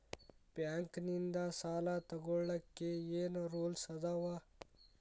Bank ನಿಂದ್ ಸಾಲ ತೊಗೋಳಕ್ಕೆ ಏನ್ ರೂಲ್ಸ್ ಅದಾವ?